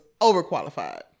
overqualified